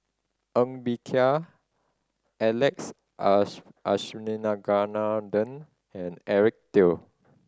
Ng Bee Kia Alex Abisheganaden and Eric Teo